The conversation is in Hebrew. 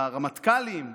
לרמטכ"לים וכדומה,